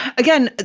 again,